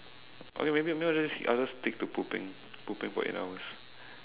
okay maybe maybe I'll just I'll just stick to pooping pooping for eight hours